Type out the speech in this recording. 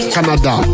Canada